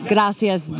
Gracias